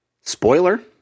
spoiler